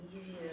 easier